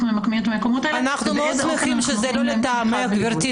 ממקמים את המקומות האלה ובאיזה אופן אנחנו נותנים לכם תמיכה.